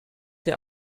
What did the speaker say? der